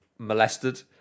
Molested